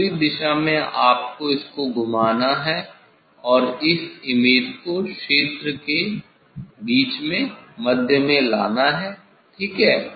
विपरीत दिशा में आपको इसको घुमाना है और इस इमेज को क्षेत्र के मध्य में लाना है ठीक है